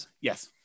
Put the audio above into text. Yes